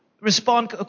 respond